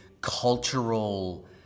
cultural